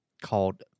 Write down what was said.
called